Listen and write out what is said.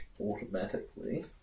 automatically